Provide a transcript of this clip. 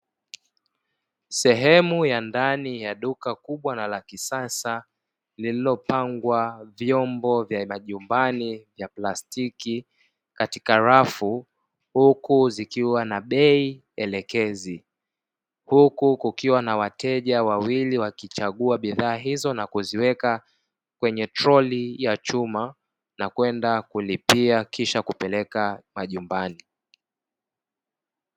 Sehemu ya ndani ya duka kubwa na la kisasa, lililopangwa vyombo vya majumbani vya plastiki katika rafu, huku zikiwa na bei elekezi, huku kukiwa na wateja wawili wakichagua bidhaa hizo na kuziweka kwenye troli ya chuma, na kwenda kulipia kisha kupeleka majumbani.